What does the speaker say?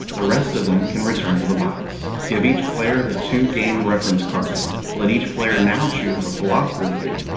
the rest of them can return to the box. give each player the two game reference cards. let each player now choose a philosopher to be.